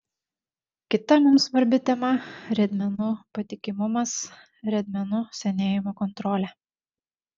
kita mums svarbi tema riedmenų patikimumas riedmenų senėjimo kontrolė